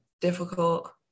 difficult